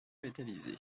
métallisé